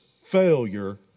failure